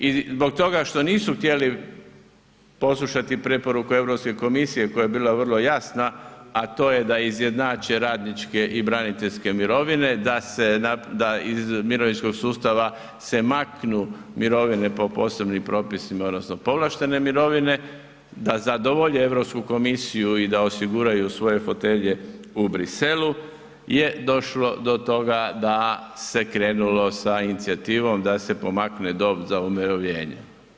I zbog toga što nisu htjeli poslušati preporuku Europske komisije koja je bila vrlo jasna, a to je da izjednače radniče i braniteljske mirovine, da se iz mirovinskog sustava se maknu mirovine po posebnim propisima odnosno povlaštene mirovine, da zadovolje Europsku komisiju i da osiguraju svoje fotelje u Bruxellesu je došlo do toga da se krenulo sa inicijativom da se pomakne dob za umirovljenje.